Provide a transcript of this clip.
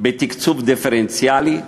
בתקצוב דיפרנציאלי,